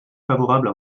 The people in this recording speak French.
favorable